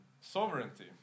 sovereignty